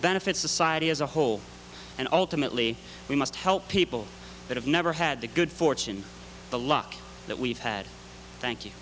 benefit society as a whole and ultimately we must help people that have never had the good fortune the luck that we've had thank you